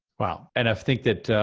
wow, and i think that,